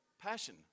passion